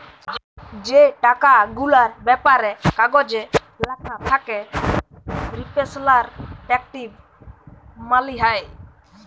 যে টাকা গুলার ব্যাপারে কাগজে ল্যাখা থ্যাকে রিপ্রেসেলট্যাটিভ মালি হ্যয়